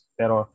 pero